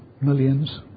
millions